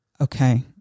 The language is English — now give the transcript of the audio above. okay